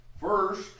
First